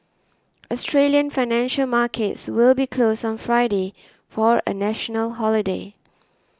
Australian financial markets will be closed on Friday for a national holiday